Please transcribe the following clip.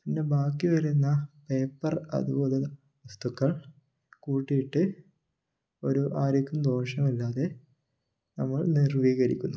പിന്നെ ബാക്കി വരുന്ന പേപ്പർ അതുപോലുള്ള വസ്തുക്കൾ കൂട്ടിയിട്ട് ഒരു ആർക്കും ദോഷമില്ലാതെ നമ്മൾ നിർവ്വീകരിക്കുന്നു